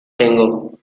tengo